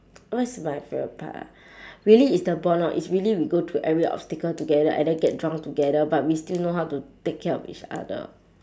what's my favourite part ah really is the bond orh is really we go through every obstacle together and then get drunk together but we still know how to take care of each other